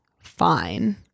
fine